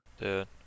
Dude